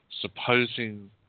supposing